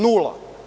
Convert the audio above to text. Nula.